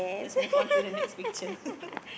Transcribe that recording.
let's move on to the next picture